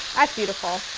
that's beautiful!